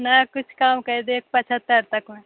किछु कम करि दैत पचहत्तरि तकमे